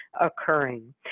occurring